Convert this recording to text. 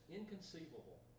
inconceivable